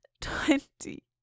Twenty